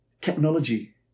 technology